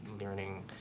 learning